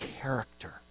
character